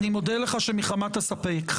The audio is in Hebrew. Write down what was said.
אני מודה לך שמחמת הספק.